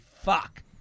fuck